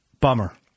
Bummer